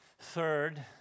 Third